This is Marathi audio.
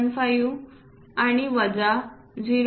15 आणि वजा 0